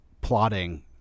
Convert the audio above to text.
plotting